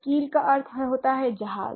कील का अर्थ होता है जहाज